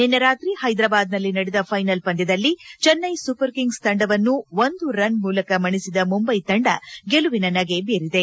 ನಿನ್ನೆ ರಾತ್ರಿ ಹೈದ್ರಾಬಾದ್ನಲ್ಲಿ ನಡೆದ ಫೈನಲ್ ಪಂದ್ವದಲ್ಲಿ ಚೆನ್ನೈ ಸೂಪರ್ ಕಿಂಗ್ಲೆ ತಂಡವನ್ನು ಒಂದು ರನ್ ಮೂಲಕ ಮಣಿಸಿದ ಮುಂಬೈ ತಂಡ ಗೆಲುವಿನ ನಗೆ ಬೀರಿದೆ